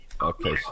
Okay